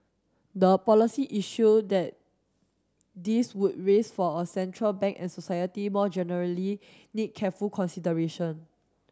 the policy issue that this would raise for a central bank and society more generally need careful consideration